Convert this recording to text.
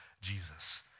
Jesus